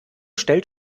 stellt